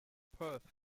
perth